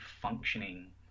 functioning